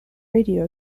radio